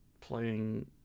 playing